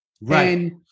Right